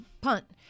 punt